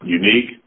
unique